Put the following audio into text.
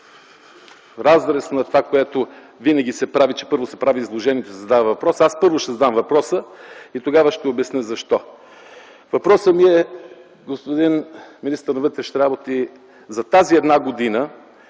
разрез на това, което винаги се прави, че първо се прави изложението и се задава въпрос, аз първо ще задам въпрос и тогава ще обясня защо. Въпросът ми, господин министър на вътрешните работи, е за тази една година